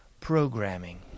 programming